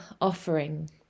offering